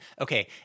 Okay